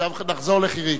עכשיו נחזור לחיריק.